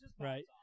right